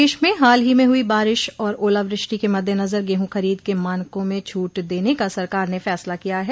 प्रदेश में हाल ही में हुई बारिश और ओलावृष्टि के मद्देनजर गेहूं खरीद के मानकों में छूट देने का सरकार ने फैसला किया है